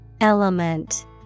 Element